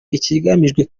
ikigamijwe